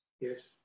Yes